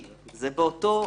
שבעבירות מצומצמות,